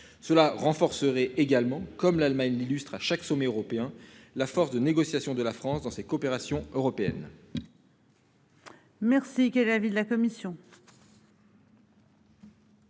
cela renforcerait également comme l'Allemagne, l'illustre à chaque sommet européen. La force de négociation de la France dans ses coopérations européennes.